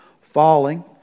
falling